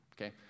Okay